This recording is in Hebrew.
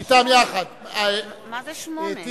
עד סעיף 8. אתה אתם יחד.